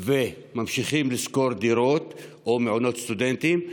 וממשיכים לשכור דירות או מעונות סטודנטים.